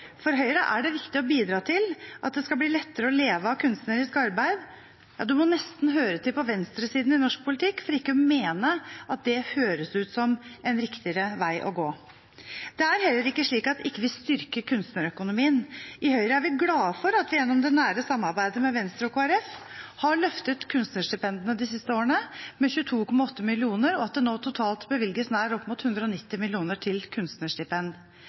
For Høyre er det viktig å bidra til at det skal bli lettere å leve av kunstnerisk arbeid. Man må nesten høre til på venstresiden i norsk politikk for ikke å mene at det høres ut som en riktigere vei å gå. Det er heller ikke slik at vi ikke styrker kunstnerøkonomien. I Høyre er vi glade for at vi gjennom det nære samarbeidet med Venstre og Kristelig Folkeparti de siste årene har løftet kunstnerstipendene med 22,8 mill. kr, og at det nå totalt bevilges nær opp mot 190 mill. kr til